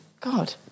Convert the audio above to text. God